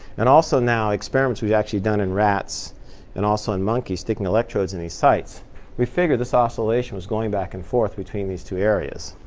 and also now experiments we've actually done in rats and also in monkeys sticking electrodes in these sites we figured this oscillation was going back and forth between these two areas.